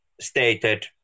stated